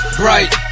bright